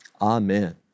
Amen